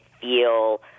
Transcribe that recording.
feel